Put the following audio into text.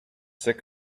sick